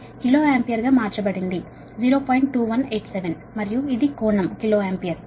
2187 kilo ampere కి మార్చబడింది మరియు ఈ కోణం కిలో ఆంపియర్